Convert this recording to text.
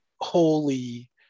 Holy